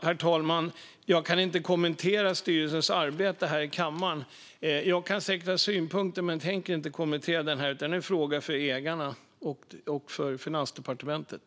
Herr talman! Jag kan inte kommentera styrelsens arbete här i kammaren. Jag kan förstås ha synpunkter, men jag tänker inte kommentera detta. Det är en fråga för ägarna och för Finansdepartementet.